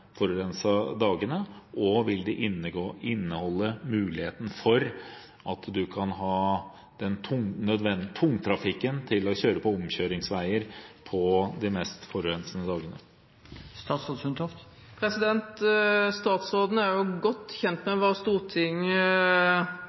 forurensede dagene, og vil den inneholde muligheten for å få tungtrafikken til å kjøre på omkjøringsveier på de mest forurensede dagene? Statsråden er godt kjent med hva